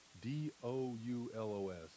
D-O-U-L-O-S